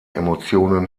emotionen